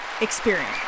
experience